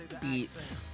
beats